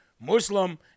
Muslim